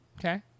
Okay